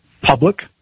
public